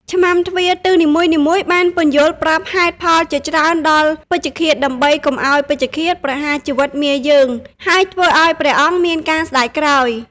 ឆ្មាំទ្វារទិសនីមួយៗបានពន្យល់ប្រាប់ហេតុផលជាច្រើនដល់ពេជ្ឈឃាត ដើម្បីកុំឱ្យពេជ្ឈឃាតប្រហារជីវិតមាយើង ហើយធ្វើឱ្យព្រះអង្គមានការស្តាយក្រោយ។